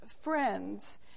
friends